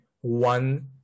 one